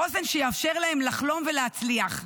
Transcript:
חוסן שיאפשר להם לחלום ולהצליח.